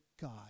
God